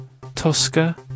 Tosca